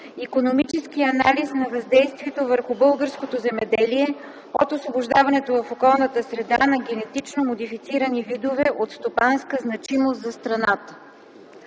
икономически анализ на въздействието върху българското земеделие от освобождаването в околната среда на генетично модифицирани видове от стопанска значимост за страната.”